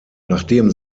nachdem